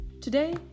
Today